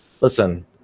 listen